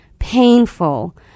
painful